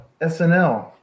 SNL